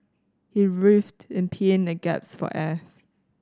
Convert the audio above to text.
he writhed in pain and gasped for air